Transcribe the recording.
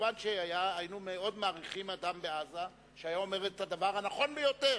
מובן שהיינו מאוד מעריכים אדם בעזה שהיה אומר את הדבר הנכון ביותר,